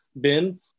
bin